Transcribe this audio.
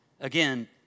again